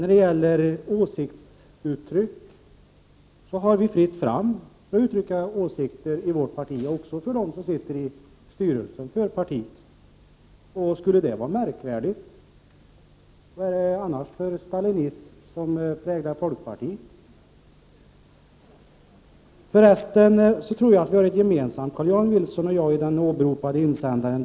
Det är fritt fram att uttrycka åsikter i vårt parti, också för dem som sitter i styrelsen för partiet. Skulle det vara märkvärdigt? Vad är det annars för stalinism som präglar folkpartiet? Förresten tror jag att vi har något gemensamt, Carl-Johan Wilson och jag, när det gäller den åberopade insändaren.